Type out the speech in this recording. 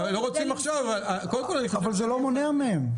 הם לא רוצים עכשיו --- אבל זה לא מונע מהם.